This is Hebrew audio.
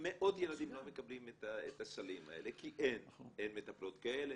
מאות ילדים לא מקבלים את הסלים האלה כי אין אין מטפלות כאלה,